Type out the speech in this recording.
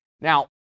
Now